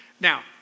Now